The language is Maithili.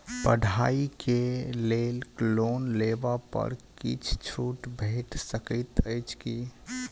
पढ़ाई केँ लेल लोन लेबऽ पर किछ छुट भैट सकैत अछि की?